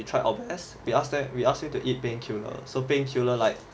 tried our best we ask that we ask him to eat painkiller so painkiller like